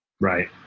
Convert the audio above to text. Right